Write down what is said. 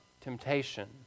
temptation